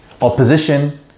opposition